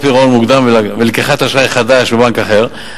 או פירעון מוקדם ולקיחת אשראי "חדש" בבנק אחר,